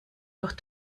durch